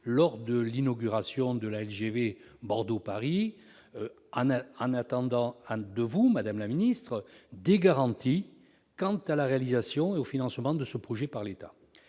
lors de l'inauguration de la LGV Bordeaux-Paris, en attendant de vous, madame la ministre, des garanties quant à la réalisation et au financement de ce projet par l'État.